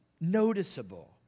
Noticeable